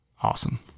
Awesome